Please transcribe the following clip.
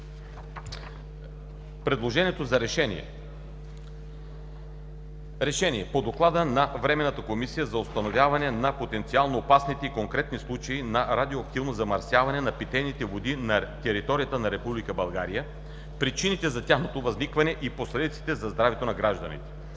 предложението за решение: „РЕШЕНИЕ по Доклада на Временната комисия за установяване на потенциално опасните и конкретни случаи на радиоактивно замърсяване на питейни води на територията на Република България, причините за тяхното възникване и последиците за здравето на гражданите